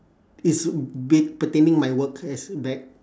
is be~ pertaining my work as back